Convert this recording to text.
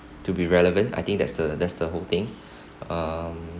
to be relevant I think that's the that's the whole thing um